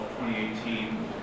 2018